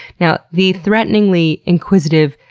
now, the threateningly inquisitive,